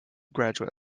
graduate